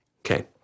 Okay